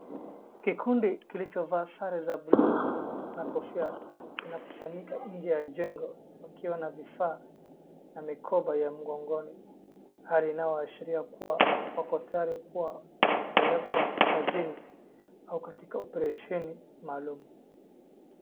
Kikundi kilichovaa sare za bluu na kofia kinakusanyika nje ya jengo wakiwa na vifaa na mikoba ya mgongoni hali inayoashiria kuwa wako tayari kuwa kwa kupelekwa kazini au katika opresheni maalum.